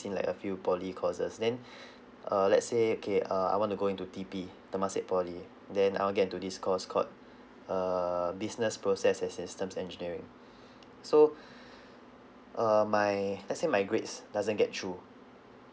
seen like a few polytechnic courses then uh let's say okay uh I want to go into T_P temasek polytechnic then I want to get into this because got err business process and systems engineering so uh my let's say my grades doesn't get through